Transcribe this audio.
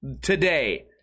today